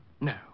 No